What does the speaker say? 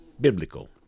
Biblical